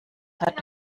hat